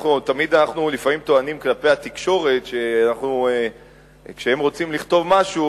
לפעמים טוענים כלפי התקשורת שכשהם רוצים לכתוב משהו,